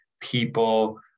people